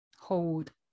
hold